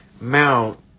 mount